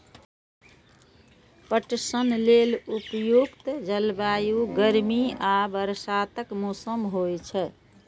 पटसन लेल उपयुक्त जलवायु गर्मी आ बरसातक मौसम होइ छै